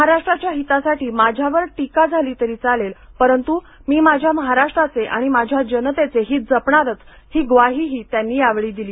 महाराष्ट्राच्या हितासाठी माझ्यावर टीका झाली तरी चालेल परंतू मी माझ्या महाराष्ट्राचे आणि माझ्या जनतेचे हित जपणारच ही ग्वाही ही त्यांनी यावेळी दिली